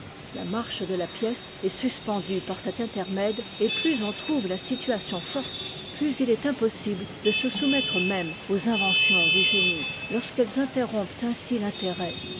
la marche de la pièce est suspendue par cet intermède et plus on trouve la situation forte plus il est impossible de se soumettre même aux inventions du génie lorsqu'elles interrompent ainsi l'intérêt